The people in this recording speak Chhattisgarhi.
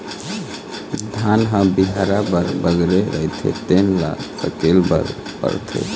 धान ह बियारा भर बगरे रहिथे तेन ल सकेले बर परथे